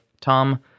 Tom